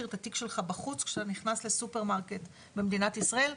את התיק שלך בחוץ כשאתה נכנס לסופרמרקט במדינת ישראל,